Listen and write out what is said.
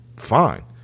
fine